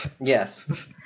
Yes